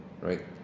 right